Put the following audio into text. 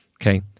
Okay